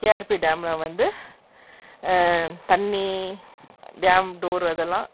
KRP டேமில் வந்து தண்ணி டேம் டோர் அதெல்லாம்